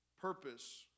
purpose